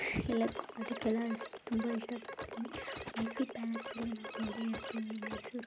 ಎಲ್ಲಕ್ಕೂ ಅದಕ್ಕೆಲ್ಲ ತುಂಬ ಇಷ್ಟಪಡ್ತೀನಿ ಮೈಸೂರು ಪ್ಯಾಲೇಸಲ್ಲಿ ನಾವು ನೋಡೇ ಇರ್ತೀವಿ ಮೈಸೂರು